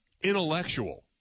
intellectual